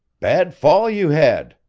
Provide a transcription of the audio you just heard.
bad fall you had,